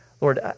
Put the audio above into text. Lord